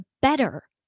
better